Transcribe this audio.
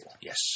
yes